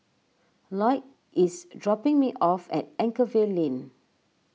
Loyd is dropping me off at Anchorvale Lane